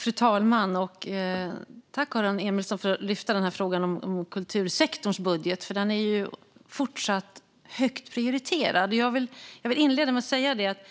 Fru talman! Jag tackar Aron Emilsson för att han lyfter fram frågan om kultursektorns budget. Den är fortsatt högt prioriterad. Jag vill inleda med att säga att